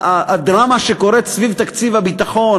הדרמה שקורית סביב תקציב הביטחון,